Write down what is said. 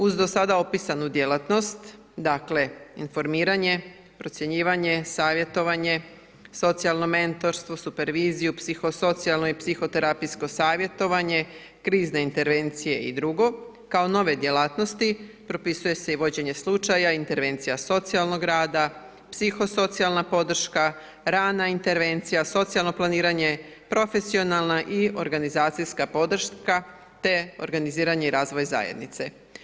Uz do sada opisanu djelatnost, dakle informiranje, procjenjivanje, savjetovanje, socijalno mentorstvo, superviziju, psihosocijalno i psihoterapijsko savjetovanje, krizne intervencije i dr. kao nove djelatnosti propisuje se i vođenje slučaja, intervencija socijalnog rada, psihosocijalna podrška, rana intervencija, socijalno planiranje, profesionalna i organizacijska podrška te organiziranje i razvoj zajednice.